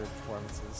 performances